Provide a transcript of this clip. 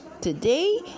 Today